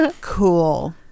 Cool